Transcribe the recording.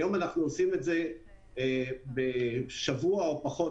היום אנחנו עושים את זה בשבוע או פחות